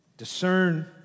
Discern